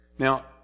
Now